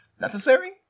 Necessary